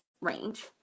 range